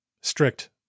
strict